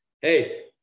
hey